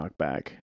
knockback